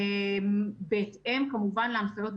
כמובן בהתאם להנחיות,